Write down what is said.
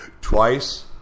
Twice